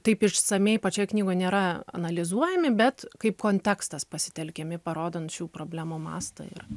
taip išsamiai pačioj knygoj nėra analizuojami bet kaip kontekstas pasitelkiami parodant šių problemų mastą ir